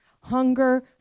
Hunger